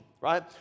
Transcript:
right